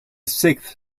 sixth